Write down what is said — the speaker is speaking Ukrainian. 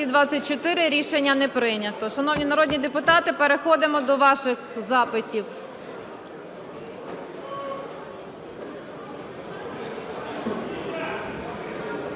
Рішення не прийнято. 12:40:43 Шановні народні депутати, переходимо до ваших запитів.